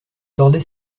tordait